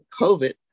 COVID